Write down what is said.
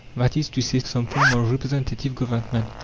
that is to say, some form of representative government,